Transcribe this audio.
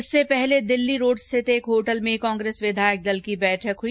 इससे पहले दिल्ली रोड़ स्थित एक होटल में कांग्रेस विधायक दल की बैठक हुई